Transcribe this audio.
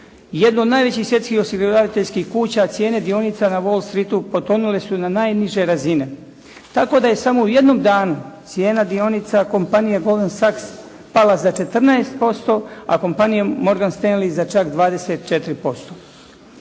jednu od najvećih svjetskih osiguravateljskih kuća, cijene dionica na Wall Street-u potonule su na najniže razine, tako da je samo u jednom danu cijena dionica kompanije "Golden sax" pala za 14%,a kompanija "Morgan Stanley" za čak 24%.